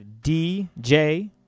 DJ